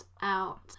out